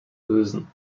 lösen